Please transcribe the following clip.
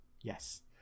Yes